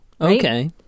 Okay